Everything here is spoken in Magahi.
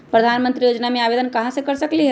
प्रधानमंत्री योजना में आवेदन कहा से कर सकेली?